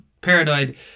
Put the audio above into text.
paranoid